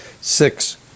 six